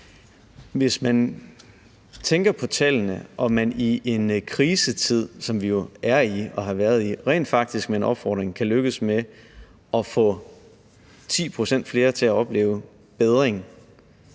Hvis man ser på tallene og konstaterer, at man i en krisetid, som vi jo er og har været i, rent faktisk med en opfordring kan lykkes med at få 10 pct. flere til at opleve bedring,